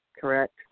correct